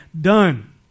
done